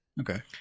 Okay